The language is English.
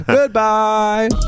Goodbye